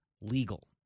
legal